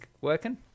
working